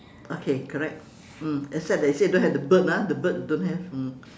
okay correct mm except that it say don't have the bird ah the bird don't have mm